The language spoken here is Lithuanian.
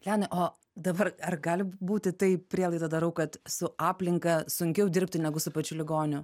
leonai o dabar ar gali būti tai prielaidą darau kad su aplinka sunkiau dirbti negu su pačiu ligoniu